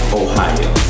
ohio